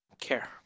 Care